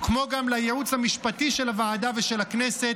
כמו גם לייעוץ המשפטי של הוועדה ושל הכנסת